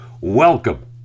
Welcome